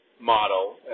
model